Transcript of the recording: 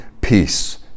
peace